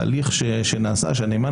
יודע בעל החוב מה החליט הנאמן